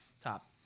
Top